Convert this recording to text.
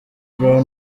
brown